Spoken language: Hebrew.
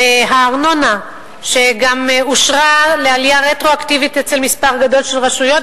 הארנונה שגם אושרה לעלייה רטרואקטיבית במספר גדול של רשויות,